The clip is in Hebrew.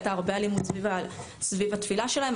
הייתה הרבה אלימות סביב התפילה שלהן.